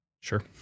Sure